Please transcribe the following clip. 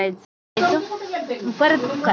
रताळू हाई बटाटाना रूप शे हाई आकारमा मोठ राहस